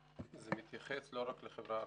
זה מתייחס לא רק לחברה הערבית,